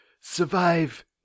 survive